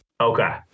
Okay